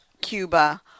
Cuba